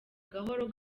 gahoro